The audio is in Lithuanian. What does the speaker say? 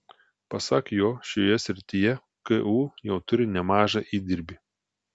pasak jo šioje srityje ku jau turi nemažą įdirbį